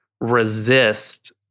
resist